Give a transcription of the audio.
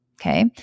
Okay